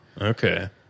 Okay